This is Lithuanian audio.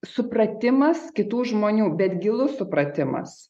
supratimas kitų žmonių bet gilus supratimas